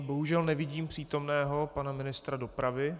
Bohužel nevidím přítomného pana ministra dopravy.